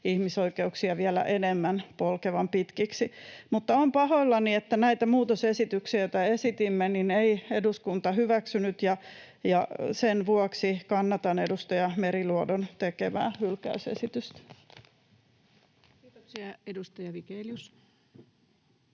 ihmisoikeuksia vielä enemmän polkevan pitkiksi. Olen pahoillani, että näitä muutosesityksiä, joita esitimme, ei eduskunta hyväksynyt, ja sen vuoksi kannatan edustaja Meriluodon tekemää hylkäysesitystä. [Speech 160] Speaker: